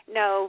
no